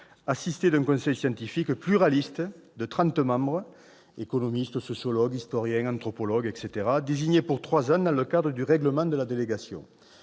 assistée d'un conseil scientifique pluraliste, composé de trente membres- économistes, sociologues, historiens, anthropologues ... -désignés pour trois ans, dans le cadre du règlement de la délégation.